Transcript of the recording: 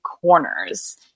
corners